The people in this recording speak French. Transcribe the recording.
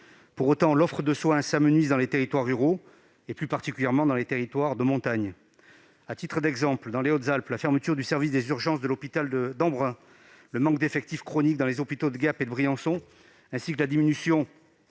Pour autant, l'offre de soins s'amenuise dans les territoires ruraux, plus particulièrement dans les territoires de montagne. À titre d'exemple, je citerai, dans les Hautes-Alpes, la fermeture du service des urgences de l'hôpital d'Embrun, le manque d'effectifs chronique dans les hôpitaux de Gap et de Briançon et la diminution